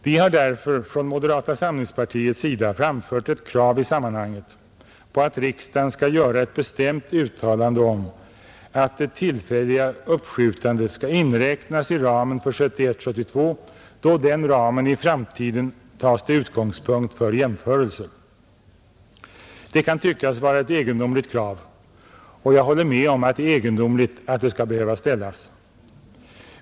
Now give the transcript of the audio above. Vi har därför från moderata samlingspartiets sida framfört ett krav i sammanhanget, att riksdagen skall göra ett bestämt uttalande om att det tillfälliga uppskjutandet skall inräknas i ramen för 1971/72, då den ramen i framtiden tas till utgångspunkt för jämförelser. Det kan tyckas vara ett egendomligt krav, och jag håller med om att det är egendomligt att det skall behöva ställas.